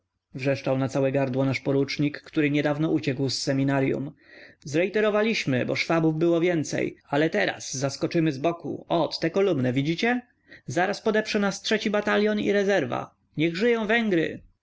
wrzeszczał na całe gardło nasz porucznik który niedawno uciekł z seminaryum zrejterowaliśmy bo szwabów było więcej ale teraz zaskoczymy z boku ot tę kolumnę widzicie zaraz podeprze nas trzeci batalion i rezerwa niech żyją węgry